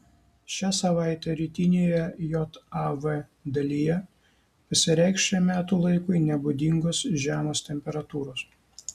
šią savaitę rytinėje jav dalyje pasireikš šiam metų laikui nebūdingos žemos temperatūros